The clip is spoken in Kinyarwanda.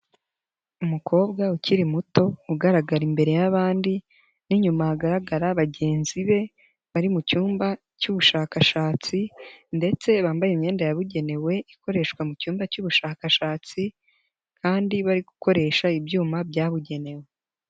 Umukobwa ukiri muto ugaragara imbere y'abandi n'inyuma hagaragara bagenzi be, bari mu cyumba cy'ubushakashatsi ndetse bambaye imyenda yabugenewe ikoreshwa mu cyumba cy'ubushakashatsi kandi bari gukoresha ibyuma byabugenewe.